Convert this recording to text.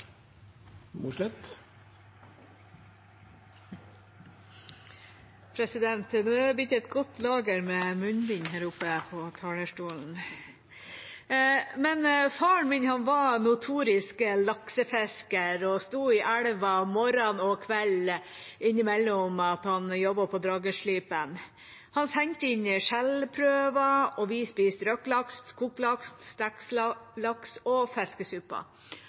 Faren min var en notorisk laksefisker og sto i elva både morgen og kveld, innimellom at han jobbet på verftet Drageslipen. Han sendte inn skjellprøver, og vi spiste røkt laks, kokt laks, stekt laks og